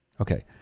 Okay